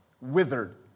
withered